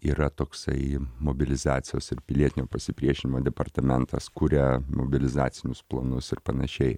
yra toksai mobilizacijos ir pilietinio pasipriešinimo departamentas kuria mobilizacinius planus ir panašiai